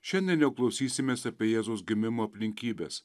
šiandien jau klausysimės apie jėzaus gimimo aplinkybes